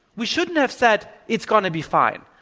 we shouldn't have said it's going to be fine.